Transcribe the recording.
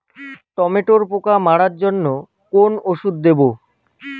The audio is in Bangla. টমেটোর পোকা মারার জন্য কোন ওষুধ দেব?